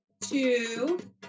two